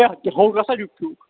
ہے تہِ ہوٚکھ